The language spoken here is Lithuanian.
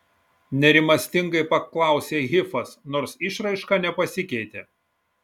nerimastingai paklausė hifas nors išraiška nepasikeitė